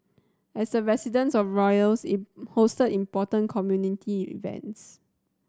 as the residence of royals it hosted important community events